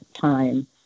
Time